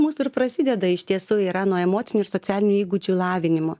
mūsų ir prasideda iš tiesų yra nuo emocinių ir socialinių įgūdžių lavinimo